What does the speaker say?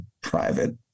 private